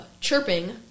chirping